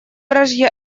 вражья